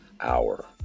Hour